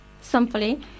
Simply